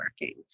working